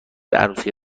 عروسی